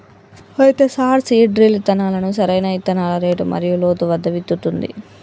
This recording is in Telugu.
అయితే సార్ సీడ్ డ్రిల్ ఇత్తనాలను సరైన ఇత్తనాల రేటు మరియు లోతు వద్ద విత్తుతుంది